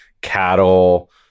cattle